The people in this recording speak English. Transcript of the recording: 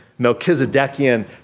Melchizedekian